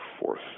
fourth